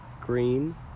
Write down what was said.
green